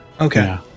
Okay